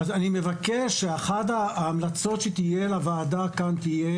אני מבקש שאחת ההמלצות של הוועדה כאן תהיה